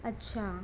अच्छा